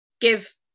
give